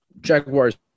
Jaguars